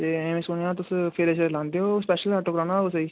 ते में सुनेआ तुस फेरे शेरे लांदे ओ स्पेशल आटो चलांदा कुसेगी